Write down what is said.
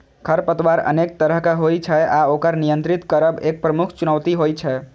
खरपतवार अनेक तरहक होइ छै आ ओकर नियंत्रित करब एक प्रमुख चुनौती होइ छै